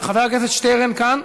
חבר הכנסת שטרן כאן?